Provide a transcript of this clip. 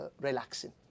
relaxing